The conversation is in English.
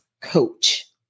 coach